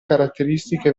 caratteristiche